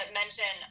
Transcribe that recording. mention